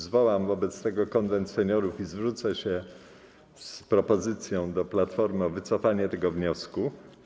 Zwołam wobec tego Konwent Seniorów i zwrócę się z propozycją do Platformy o wycofanie tego wniosku.